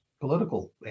political